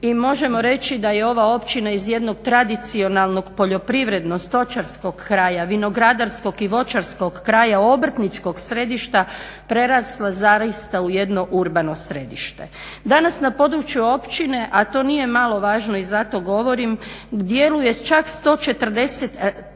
i možemo reći da je ova općina iz jednog tradicionalnog poljoprivredno-stočarskog kraja, vinogradarskog i voćarskog kraja, obrtničkog središta prerasla zaista u jedno urbano središte. Danas na području općine, a to nije malo važno i zato govorim, djeluje čak 145